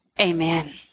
amen